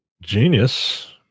genius